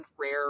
rare